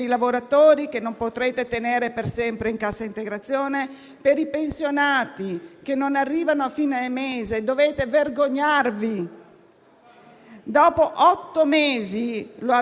Dopo otto mesi lo avete un piano pandemico? Quale idea di sanità avete? Dov'è che collocate l'individuo nella vostra visione della sanità?